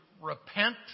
Repent